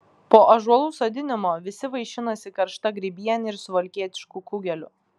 po ąžuolų sodinimo visi vaišinosi karšta grybiene ir suvalkietišku kugeliu